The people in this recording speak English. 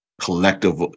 collective